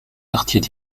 quartiers